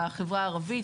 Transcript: לחברה הערבית.